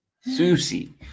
Susie